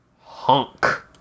Honk